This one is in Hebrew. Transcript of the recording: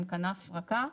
הם כנף רכה.